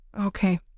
Okay